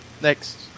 next